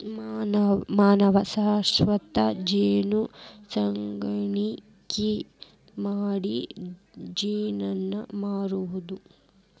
ಮಾನವನ ಸ್ವತಾ ಜೇನು ಸಾಕಾಣಿಕಿ ಮಾಡಿ ಜೇನ ಮಾರುದು